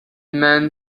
men